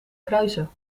kruisen